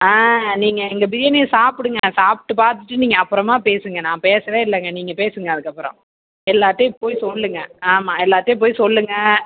ஆ நீங்கள் எங்கள் பிரியாணியை சாப்பிடுங்க சாப்பிட்டு பார்த்துட்டு நீங்கள் அப்புறமாக பேசுங்கள் நான் பேசவே இல்லைங்க நீங்கள் பேசுங்க அதுக்கப்புறம் எல்லாருகிட்டையும் போய் சொல்லுங்கள் ஆமாம் எல்லாருகிட்டையும் போய் சொல்லுங்கள்